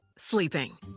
Sleeping